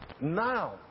Now